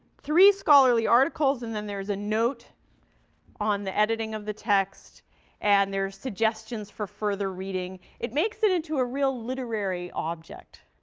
three scholarly articles, and then there is a note on the editing of the text and there are suggestions for further reading. it makes it into a real literary object,